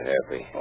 Happy